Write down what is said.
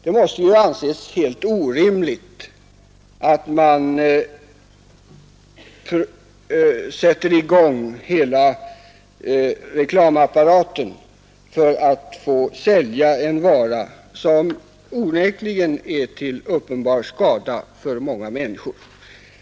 Det måste anses helt orimligt att sätta i gång hela reklamapparaten för att få sälja en vara, som onekligen är till uppenbar skada för många människor.